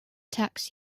tax